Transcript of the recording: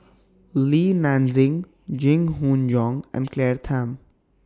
Li Nanxing Jing Jun Hong and Claire Tham